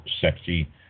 sexy